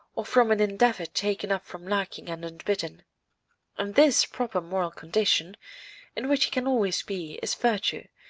or from an endeavour taken up from liking and unbidden and this proper moral condition in which he can always be is virtue,